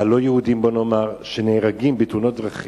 הלא-יהודים, בוא נאמר, שנהרגים בתאונות דרכים,